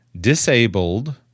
disabled